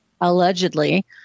allegedly